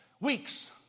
weeks